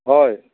হয়